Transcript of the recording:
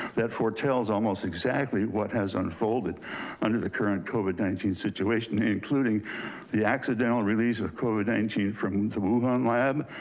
that foretells almost exactly what has unfolded under the current covid nineteen situation, including the accidental release of covid nineteen from the wuhan lab,